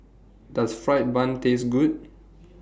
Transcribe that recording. Does Fried Bun Taste Good